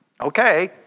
Okay